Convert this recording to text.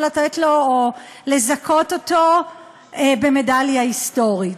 לתת לו או לזכות אותו במדליה היסטורית.